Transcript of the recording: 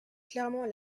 clairement